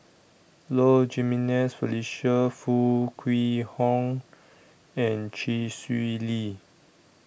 Low Jimenez Felicia Foo Kwee Horng and Chee Swee Lee